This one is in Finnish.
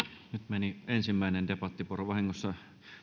meni ensimmäinen debattivuoro vahingossa